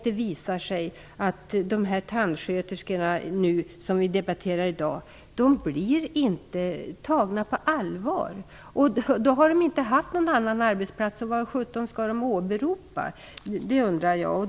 Det visar sig att de tandsköterskor som vi debatterar i dag inte blir tagna på allvar. De har inte haft någon annan arbetsplats, så vad skall de åberopa?